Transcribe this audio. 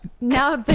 Now